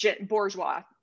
bourgeois